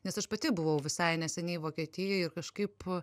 nes aš pati buvau visai neseniai vokietijoj ir kažkaip